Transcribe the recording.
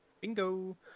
Bingo